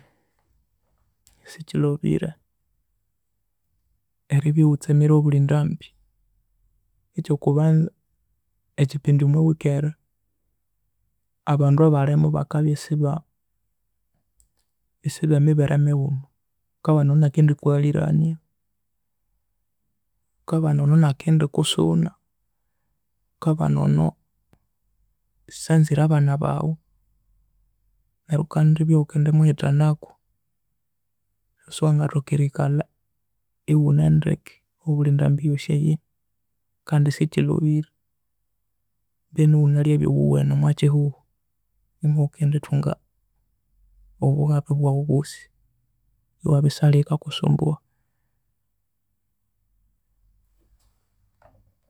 Sikilhobire eribya ighutsemire obulhindambi ekyo kubanza ekipindi omwawikere abandu abalhimu bakabya isiba isibemibere mighuma, ghukabana ono inakendikughalhirania, ghukabana ono inakendikusuna, ghukabana ono isanzire abana baghu neryo ghukandibya ighukamuhithanaku siwangathoka erikalha ighunendeke obulhi ndambi eyoosi eyihi kandi sikilhobire mbinu eghunalhyabya ighuwene omwa kihugho inimoghukithunga obughabe bwaghu boosi ewabya isihalhe oghukakusumbugha.